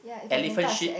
elephant shit